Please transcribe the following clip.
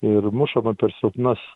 ir mušama per silpnas